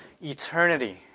eternity